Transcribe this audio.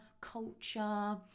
culture